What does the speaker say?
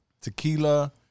tequila